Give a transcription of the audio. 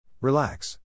Relax